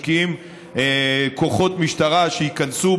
כי משקיעים כוחות משטרה שייכנסו